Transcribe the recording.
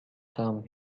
sum